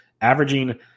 Averaging